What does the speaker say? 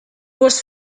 was